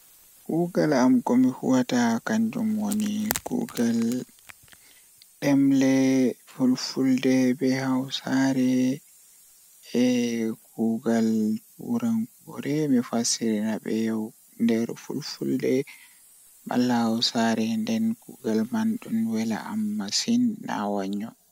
Kuugal am komi huwata kannjum woni kuugal ɗemle Miɗo waɗi gollal e ndeer ndiyanɗe e fannuɓe laawol e jamii. Miɗo jokkude e waɗde caɗeele e ɗum sabu mi njogii ko aɗa waawi waɗde. Miɗo enjoyii ngal sabu o miɗo yiɗi goɗɗum e no saama ngal.